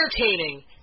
entertaining